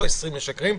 אבל 20 כבר לא משקרים.